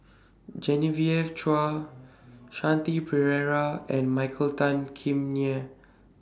Genevieve Chua Shanti Pereira and Michael Tan Kim Nei